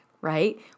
right